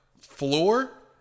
floor